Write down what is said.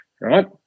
right